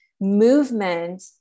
Movement